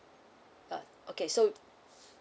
uh okay so